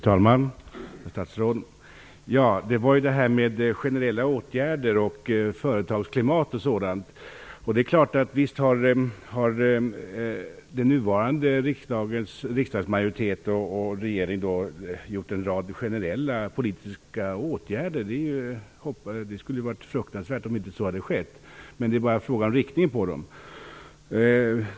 Fru talman! Herr statsråd! Vi talade om generella åtgärder och företagsklimat. Visst har den nuvarande riksdagsmajoriteten och regeringen vidtagit en rad generella politiska åtgärder. Det skulle ha varit fruktansvärt om så inte hade skett. Det är bara fråga om vilken riktning de har.